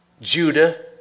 Judah